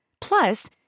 Plus